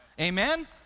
Amen